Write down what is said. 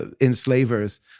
enslavers